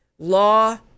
Law